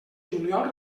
juliol